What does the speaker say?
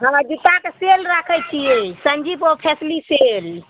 हम्मे जूत्ताके सेल राखै छियै संजीब ओफैसिली सेल